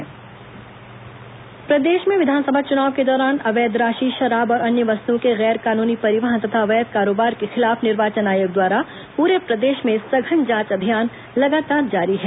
निर्वाचन आयोग जब्ती प्रदेश में विधानसभा चूनाव के दौरान अवैध राशि शराब और अन्य वस्तुओं के गैर कानूनी परिवहन तथा अवैध कारोबार के खिलाफ निर्वाचन आयोग द्वारा प्रेर प्रदेश में सघन जांच अभियान लगातार जारी है